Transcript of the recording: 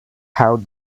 how